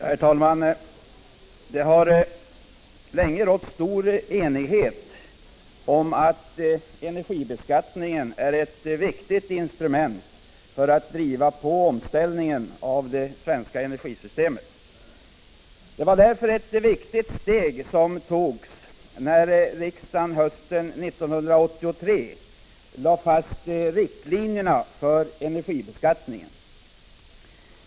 Herr talman! Det har länge rått stor enighet om att energibeskattningen är ett viktigt instrument för att driva på omställningen av det svenska energisystemet. Det var därför ett viktigt steg som togs när riksdagen hösten 1983 lade fast riktlinjerna för energibeskattningen.